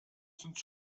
sind